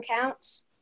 counts